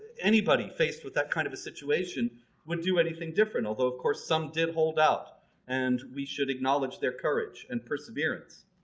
anybody faced with that kind of a situation would do anything different although of course some did holdout and we should acknowledge their courage and perseverance.